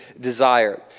desire